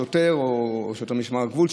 שוטר או שוטר משמר הגבול,